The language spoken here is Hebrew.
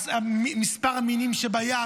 מספר המינים שבים,